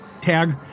tag